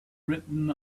written